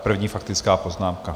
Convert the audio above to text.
První faktická poznámka.